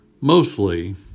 Mostly